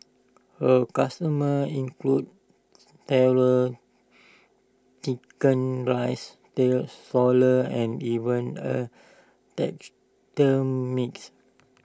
her customers include Tailors Chicken Rice still and even A taxidermist